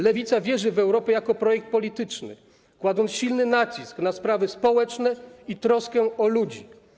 Lewica wierzy w Europę jako projekt polityczny, kładąc silny nacisk na sprawy społeczne i troskę o ludzi.